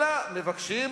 אלא מבקשים